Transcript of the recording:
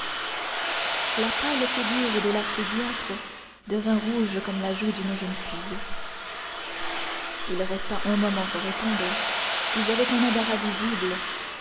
la pâle figure de l'archidiacre devint rouge comme la joue d'une jeune fille il resta un moment sans répondre puis avec un embarras visible